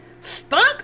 stunk